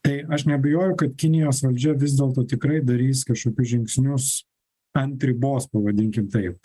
tai aš neabejoju kad kinijos valdžia vis dėlto tikrai darys kažkokius žingsnius ant ribos pavadinkim taip